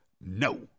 No